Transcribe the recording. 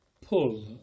Pull